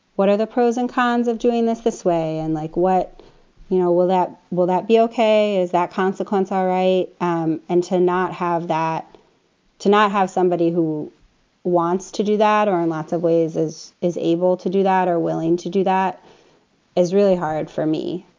what are the pros and cons of doing this this way and like, what you know will that? will that be ok? is that consequence all right? um and to not have that to not have somebody who wants to do that or in lots of ways is is able to do that, are willing to do that is really hard for me.